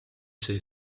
see